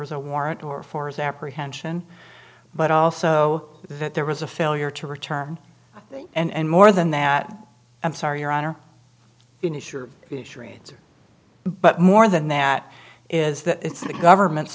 was a warrant or for his apprehension but also that there was a failure to return and more than that i'm sorry your honor finisher issue raids but more than that is that it's the government's